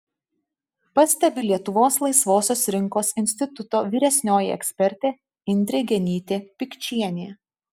pastebi lietuvos laisvosios rinkos instituto vyresnioji ekspertė indrė genytė pikčienė